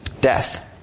Death